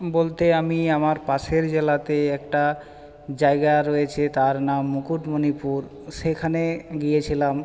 বলতে আমি আমার পাশের জেলাতে একটা জায়গা রয়েছে তার নাম মুকুটমণিপুর সেখানে গিয়েছিলাম